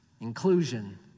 inclusion